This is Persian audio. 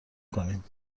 کنیم